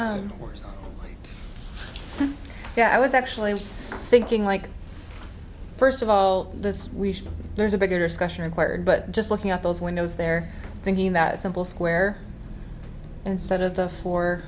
so yeah i was actually thinking like first of all the reason there's a bigger discussion required but just looking at those windows they're thinking that simple square and set of the fo